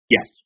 Yes